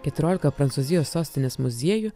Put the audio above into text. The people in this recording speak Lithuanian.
keturiolika prancūzijos sostinės muziejų